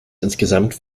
insgesamt